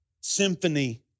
symphony